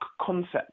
concept